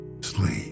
sleep